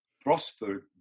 prospered